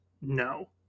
no